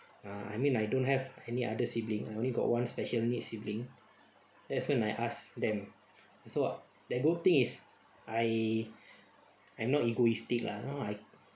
uh I mean I don't have any other sibling I only got one special needs sibling that's when I ask them so that good thing is I I'm not egoistic lah you know I